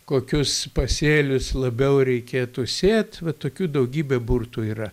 kokius pasėlius labiau reikėtų sėt vat tokių daugybė burtų yra